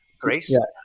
Grace